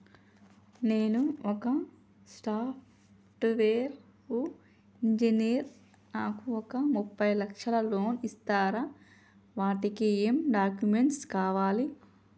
నేను ఒక software engineer నాకు ఒక ముప్పై లక్షల లోన్ ఇస్తరా? వాటికి ఏం డాక్యుమెంట్స్ కావాలి?